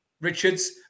Richards